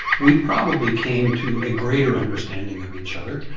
we probably came to a greater understanding of each other.